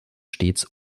stets